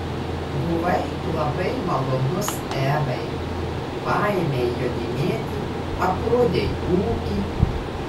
buvai labai malonus evai paėmei jodinėti aprodei ūkį